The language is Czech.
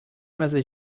mezi